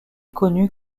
connu